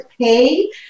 pay